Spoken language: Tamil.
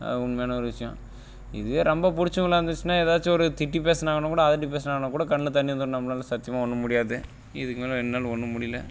அது உண்மையான ஒரு விஷயம் இதுவே ரொம்ப பிடிச்சவங்களா இருந்துச்சுனா ஏதாச்சிம் ஒரு திட்டி பேசுனாங்கன்னால் கூட அதட்டி பேசுனாங்கன்னால் கூட கண்ணில் தண்ணி வந்துடும் நம்மளால் சத்தியமாக ஒன்றும் முடியாது இதுக்கு மேலே என்னால் ஒன்றும் முடியலை